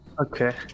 Okay